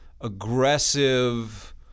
aggressive